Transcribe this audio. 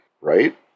Right